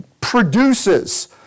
produces